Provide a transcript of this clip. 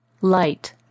Light